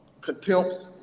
contempts